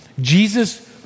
Jesus